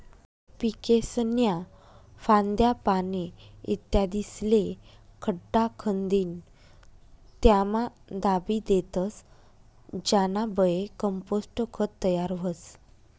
पीकेस्न्या फांद्या, पाने, इत्यादिस्ले खड्डा खंदीन त्यामा दाबी देतस ज्यानाबये कंपोस्ट खत तयार व्हस